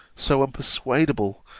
so unpersuadable,